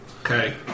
Okay